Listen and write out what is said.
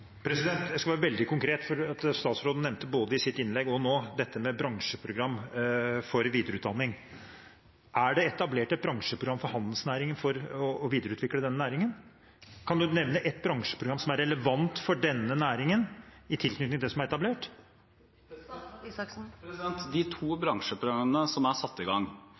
Jeg skal være veldig konkret, for statsråden nevnte både i sitt innlegg og nå dette bransjeprogrammet for videreutdanning. Er det etablert et bransjeprogram for å videreutvikle handelsnæringen? Kan han nevne ett bransjeprogram som er relevant for denne næringen, i tilknytning til dem som er etablert? De to bransjeprogrammene som er satt i gang,